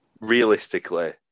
realistically